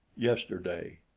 yesterday.